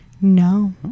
no